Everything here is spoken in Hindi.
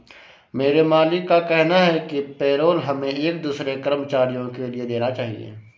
मेरे मालिक का कहना है कि पेरोल हमें एक दूसरे कर्मचारियों के लिए देना चाहिए